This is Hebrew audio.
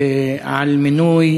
על מינוי